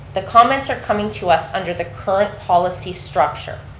the comments are coming to us under the current policy structure,